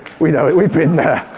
we know it, we've been there.